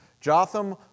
Jotham